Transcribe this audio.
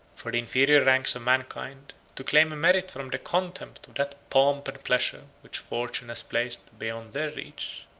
for the inferior ranks of mankind to claim a merit from the contempt of that pomp and pleasure which fortune has placed beyond their reach.